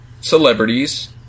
celebrities